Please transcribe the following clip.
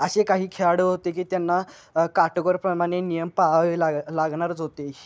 असे काही खेळाडू होते की त्यांना काटेकोरप्रमाणे नियम पाळावे लाग लागणारच होते